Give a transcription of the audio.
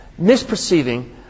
Misperceiving